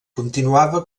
continuava